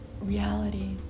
reality